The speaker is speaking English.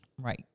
Right